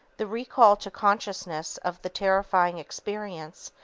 the recall to consciousness of the terrifying experience,